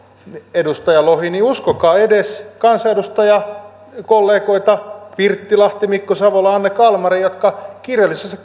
edustaja lohi uskokaa edes kansanedustajakollegoita pirttilahti mikko savola ja anne kalmari jotka kirjallisessa